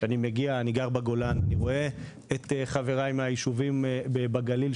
אני גר בגולן ואני רואה את חבריי מהיישובים בגליל,